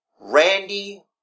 Randy